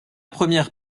première